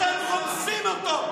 אתם רומסים אותו.